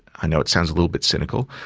i know it sounds a little bit cynical,